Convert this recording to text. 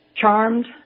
Charmed